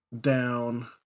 down